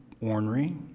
ornery